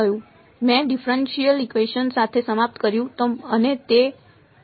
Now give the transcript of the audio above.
મેં differential equation સાથે સમાપ્ત કર્યું